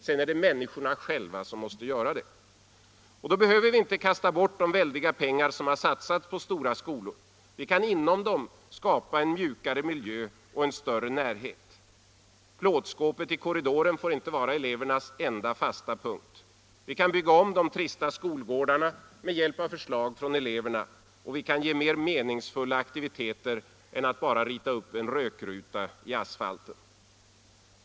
Sedan är det människorna själva som måste göra det. Då behöver vi inte kasta bort de väldiga pengar som har satsats på stora skolor. Vi kan inom dem skapa en mjukare miljö och större närhet. Plåtskåpet i korridoren får inte vara elevernas enda fasta punkt. Vi kan bygga om de trista skolgårdarna med hjälp av förslag från eleverna, och vi kan ge mer meningsfulla aktiviteter än att bara rita upp en rökruta i asfalten.